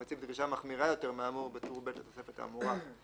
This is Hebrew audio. המציב דרישה מחמירה יותר מהאמור בטור ב' לתוספת האמורה,